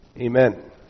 Amen